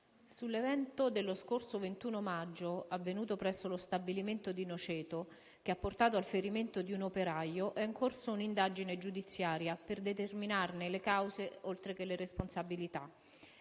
sull'evento dello scorso 21 maggio avvenuto presso lo stabilimento di Noceto, che ha portato al ferimento di un operaio, è in corso un'indagine giudiziaria per determinarne le cause oltre che le responsabilità.